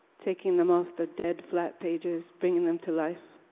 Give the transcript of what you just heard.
taking them off the dead, flat pages. bringing them to life,